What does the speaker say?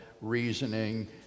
reasoning